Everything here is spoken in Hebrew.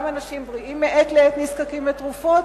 גם אנשים בריאים נזקקים מעת לעת לתרופות,